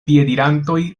piedirantoj